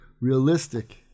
realistic